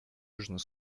южный